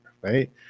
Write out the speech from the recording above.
right